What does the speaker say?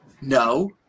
No